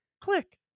Click